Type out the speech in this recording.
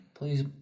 Please